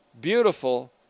beautiful